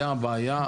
היה בעיה.